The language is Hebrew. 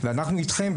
ואנחנו איתכם,